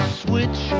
switch